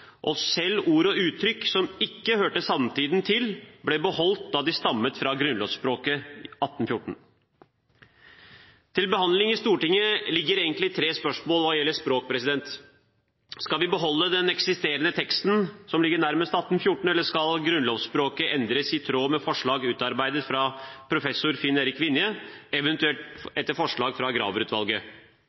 og selv ord og uttrykk som ikke hørte samtiden til, ble beholdt, da de stammet fra grunnlovsspråket 1814. Til behandling i Stortinget ligger egentlig tre spørsmål hva gjelder språket. Skal vi beholde den eksisterende teksten som ligger nærmest 1814, eller skal grunnlovsspråket endres i tråd med forslag utarbeidet av professor Finn Erik Vinje, eventuelt etter forslag fra